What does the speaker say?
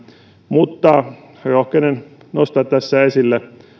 mutta rohkenen nostaa tässä esille